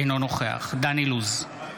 אינו נוכח דן אילוז,